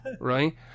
right